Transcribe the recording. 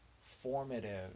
formative